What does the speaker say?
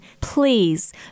please